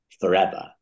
forever